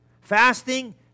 Fasting